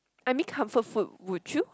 any comfort food would you